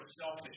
selfish